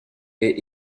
est